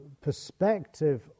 perspective